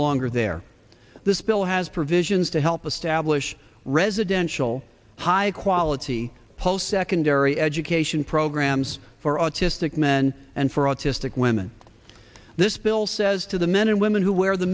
longer there this bill has provisions to help establish residential high quality post secondary education programs for autistic men and for autistic women this bill says to the men and women who wear the